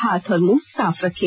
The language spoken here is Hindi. हाथ और मुंह साफ रखें